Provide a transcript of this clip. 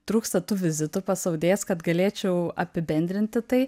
trūksta tų vizitų pas audėjas kad galėčiau apibendrinti tai